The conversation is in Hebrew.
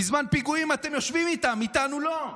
בזמן פיגועים אתם יושבים איתם, איתנו לא.